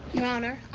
your honor,